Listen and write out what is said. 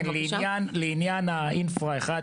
לעניין האינפרה 1,